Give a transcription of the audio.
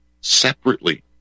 separately